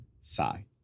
Sigh